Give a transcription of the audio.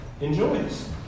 enjoys